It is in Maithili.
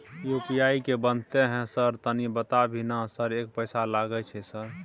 यु.पी.आई की बनते है सर तनी बता भी ना सर एक पैसा लागे छै सर?